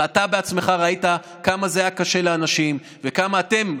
ואתה בעצמך ראית כמה זה היה קשה לאנשים וכמה אתם,